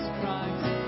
Christ